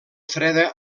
freda